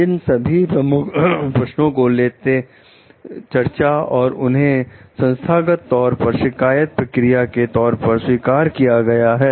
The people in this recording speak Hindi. इन सभी प्रमुख प्रश्नों को लेते चर्च और उन्हें संस्थागत तौर पर शिकायत प्रक्रिया के तौर पर स्वीकार किया गया है